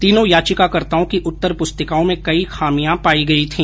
तीनों याचिकाकर्ताओं की उत्तर पुस्तिकाओं में कई खामिया पाई गई थी